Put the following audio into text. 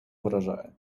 вражає